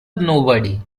nobody